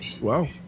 Wow